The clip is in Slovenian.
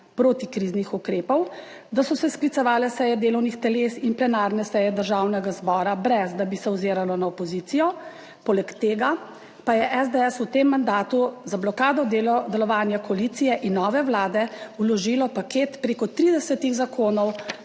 protikriznih ukrepov. Da so se sklicevale seje delovnih teles in plenarne seje Državnega zbora, brez da bi se oziralo na opozicijo, poleg tega pa je SDS v tem mandatu za blokado delovanja koalicije in nove vlade vložilo paket preko 30 zakonov